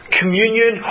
communion